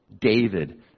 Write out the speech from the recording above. David